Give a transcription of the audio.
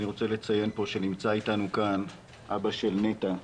אני רוצה לציין שנמצא אתנו כאן אבא של נטע,